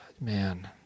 man